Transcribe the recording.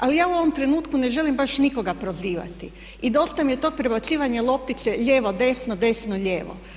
Ali ja u ovom trenutku ne želim baš nikoga prozivati i dosta mi je tog prebacivanja loptice lijevo-desno, desno-lijevo.